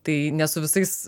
tai ne su visais